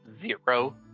zero